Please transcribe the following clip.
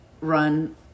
run